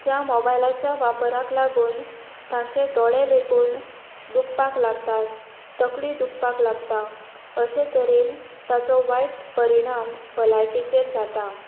ह्या मोबायलाच्या वापराक लागून तांचे दोळे लागून दुखपाक लागतात तकली दुखपाक लागता अशे तरेन ताचो वायट परिणाम भलायकेचेर जाता